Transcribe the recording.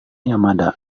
yamada